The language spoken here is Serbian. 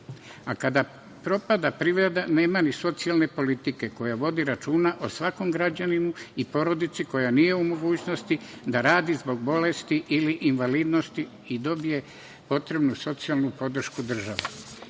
A kada propada privreda, nema ni socijalne politike koja vodi računa o svakom građaninu i porodici koja nije u mogućnosti da radi zbog bolesti ili invalidnosti i dobije potrebnu socijalnu podršku države. Danas